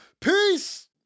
Peace